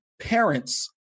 parents